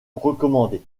recommandé